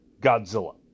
Godzilla